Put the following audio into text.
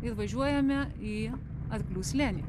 ir važiuojame į arklių slėnį